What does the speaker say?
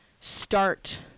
start